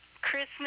christmas